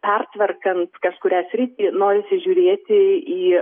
pertvarkant kažkurią sritį norisi žiūrėti į